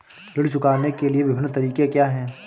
ऋण चुकाने के विभिन्न तरीके क्या हैं?